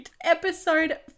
episode